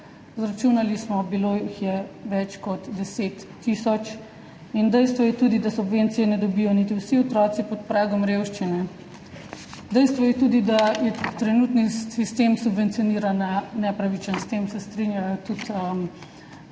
Izračunali smo, bilo jih je več kot 10 tisoč. In dejstvo je tudi, da subvencije ne dobijo niti vsi otroci pod pragom revščine. Dejstvo je tudi, da je trenutni sistem subvencioniranja nepravičen. S tem se strinja tudi